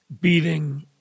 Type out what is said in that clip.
beating